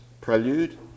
Prelude